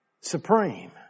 supreme